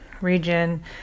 region